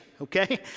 Okay